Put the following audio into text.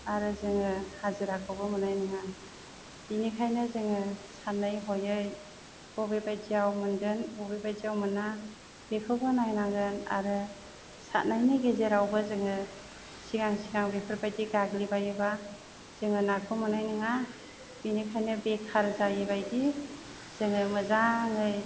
आरो जोङो हाजिराखौबो मोननाय नङा बेनिखायनो जोङो सानै हयै बबे बायदियाव मोनगोन बबे बायदियाव मोना बेखौबो नायनांगोन आरो सारनायनि गेजेरावबो जोङो सिगां सिगां बेफोर बायदि गाग्लिबायोबा जोङो नाखौ मोननाय नङा बेनिखायनो बेखार जायै बायदि जोङो मोजाङै